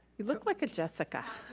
you look like a jessica.